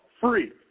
free